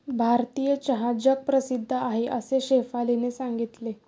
भारतीय चहा जगप्रसिद्ध आहे असे शेफालीने सांगितले